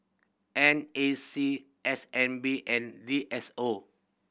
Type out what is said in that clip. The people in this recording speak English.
N A C S N B and D S O